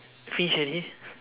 finish already